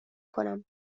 کنم